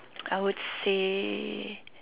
I would say